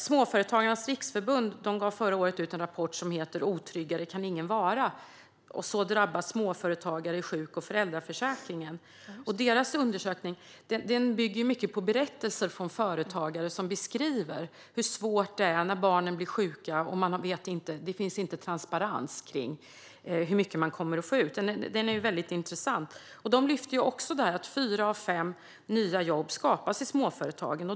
Småföretagarnas Riksförbund gav förra året ut en rapport som heter Otryggare kan ingen vara - så drabbas små och ensamföretagare i sjuk och föräldraförsäkringen . Deras undersökning bygger till stor del på berättelser från företagare som beskriver hur svårt det är när barnen blir sjuka och att det inte finns någon transparens om hur stor ersättning man kommer att få. Det är väldigt intressant. De lyfter också upp att fyra av fem nya jobb skapas i småföretagen.